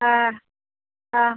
ആ ആ